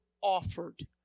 offered